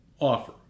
offer